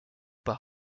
par